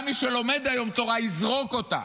גם מי שלומד היום תורה יזרוק אותה,